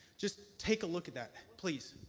just take a look at that, please.